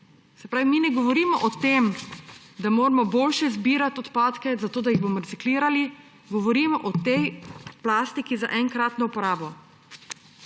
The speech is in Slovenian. Se pravi, mi ne govorimo o tem, da moramo boljše zbirati odpadke zato, da jih bomo reciklirali, govorimo o tej plastiki za enkratno uporabo.